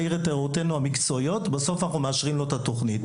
להעיר את הערותינו המקצועיות ובסוף אנחנו מאשרים לו את התוכנית.